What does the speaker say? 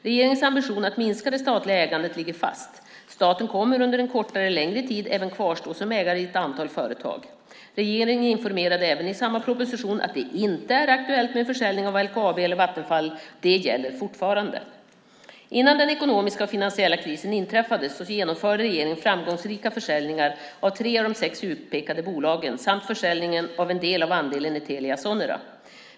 Regeringens ambition att minska det statliga ägandet ligger fast. Staten kommer under en kortare eller längre tid även kvarstå som ägare i ett antal företag. Regeringen informerade även i samma proposition att det inte är aktuellt med en försäljning av LKAB eller Vattenfall, och det gäller fortfarande. Innan den ekonomiska och finansiella krisen inträffade genomförde regeringen framgångsrika försäljningar av tre av de sex utpekade bolagen samt försäljningen av en del av andelen i Telia Sonera.